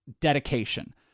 dedication